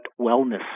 wellness